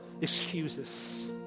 excuses